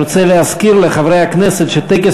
אני רוצה להזכיר לחברי הכנסת שטקס